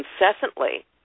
incessantly